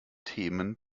themen